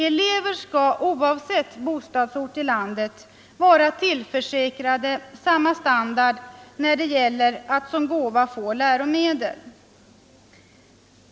Elever skall oavsett bostadsort i landet vara tillförsäkrade samma standard när det gäller att såsom gåva få läromedel.